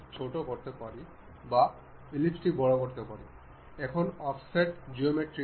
সুতরাং এখন আমরা এই স্লটটি স্থির থাকার সময় এই পিনটি চলন্ত হতে দেখতে পারি